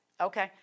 okay